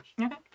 Okay